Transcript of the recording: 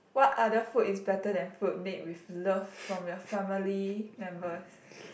what other food is better than food made with love from your family members